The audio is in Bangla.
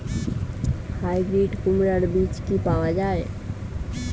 হাইব্রিড কুমড়ার বীজ কি পাওয়া য়ায়?